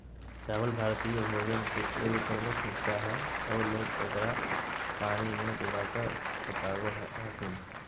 चावल भारतीय भोजन के एगो प्रमुख हिस्सा हइ आऊ लोग एकरा पानी में उबालकर पकाबो हखिन